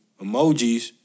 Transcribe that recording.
emojis